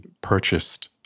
purchased